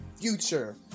future